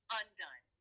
undone